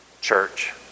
church